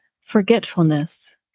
forgetfulness